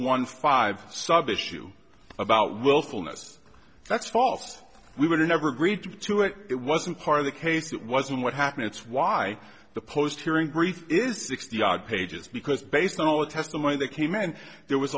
one five sub issue about willfulness that's false we were never agreed to it it wasn't part of the case it wasn't what happened it's why the post hearing brief is sixty odd pages because based on all the testimony that came in there was